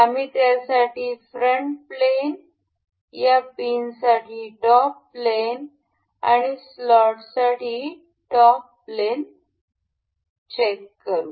आम्ही यासाठी front plane या पिनसाठी टॉप प्लेन आणि स्लॉट साठी टॉप प्लेन तपासू